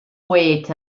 wait